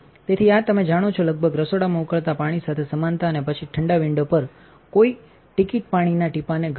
તેથી આ તમે જાણો છો લગભગ રસોડામાં ઉકળતા પાણી સાથે સમાનતા અને પછીઠંડા વિંડો પરકોઈટિકિટ પાણીના ટીપાંને ઘટતું નથી